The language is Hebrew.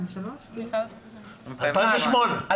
2008?